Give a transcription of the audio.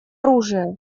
оружия